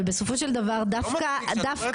בסופו של דבר דווקא -- זה לא מצדיק,